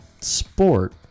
sport